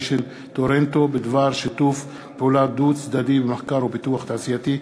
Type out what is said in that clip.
של טרנטו בדבר שיתוף פעולה דו-צדדי במחקר ופיתוח תעשייתי,